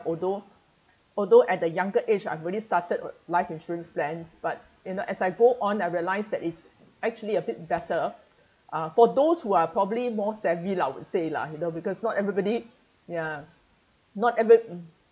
although although at the younger age I've already started life insurance plans but you know as I go on I realise that it's actually a bit better uh for those who are probably more savvy lah I would say lah you know because not everybody ya not everybody